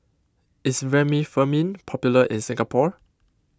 is Remifemin popular in Singapore